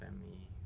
family